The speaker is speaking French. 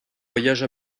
voyages